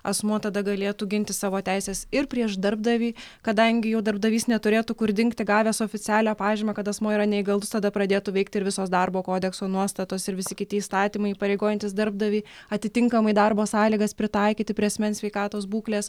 asmuo tada galėtų ginti savo teises ir prieš darbdavį kadangi jau darbdavys neturėtų kur dingti gavęs oficialią pažymą kad asmuo yra neįgalus tada pradėtų veikti ir visos darbo kodekso nuostatos ir visi kiti įstatymai įpareigojantys darbdavį atitinkamai darbo sąlygas pritaikyti prie asmens sveikatos būklės